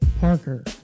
Parker